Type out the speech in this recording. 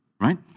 right